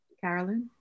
Carolyn